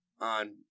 on